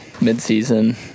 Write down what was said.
mid-season